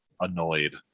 annoyed